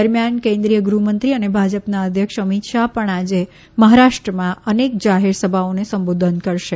દરમિયાન કેન્દ્રિય ગૃહમંત્રી અને ભાજપના અધ્યક્ષ અમિત શાહ પણ આજે મહારાષ્ટ્રમાં અનેક જાહેરસભાઓને સંબોધન કરશે